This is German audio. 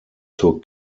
zur